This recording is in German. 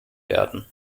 werden